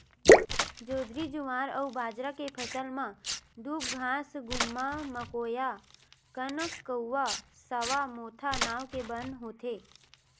जोंधरी, जुवार अउ बाजरा के फसल म दूबघास, गुम्मा, मकोया, कनकउवा, सावां, मोथा नांव के बन होथे